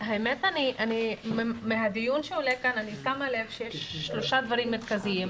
האמת מהדיון שעולה כאן אני שמה לב שיש שלושה דברים מרכזיים,